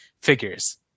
figures